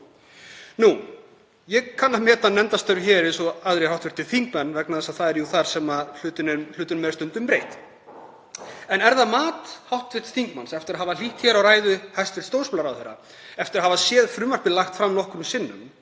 Ég kann að meta nefndarstörf eins og aðrir hv. þingmenn vegna þess að það er jú þar sem hlutunum er stundum breytt. En er það mat hv. þingmanns, eftir að hafa hlýtt á ræðu hæstv. dómsmálaráðherra, eftir að hafa séð frumvarpið lagt fram nokkrum sinnum